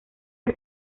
del